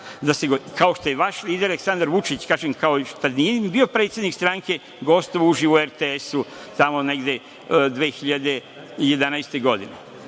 kao što je vaš lider Aleksandar Vučić, kažem, i kad nije ni bio predsednik stranke gostovao uživo u RTS-u tamo negde 2011. godine.